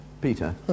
Peter